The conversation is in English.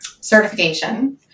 certification